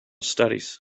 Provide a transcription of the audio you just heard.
studies